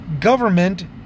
government